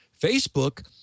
Facebook